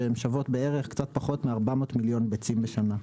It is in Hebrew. ששוות קצת פחות מ-400 מיליון ביצים בשנה.